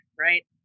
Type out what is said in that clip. right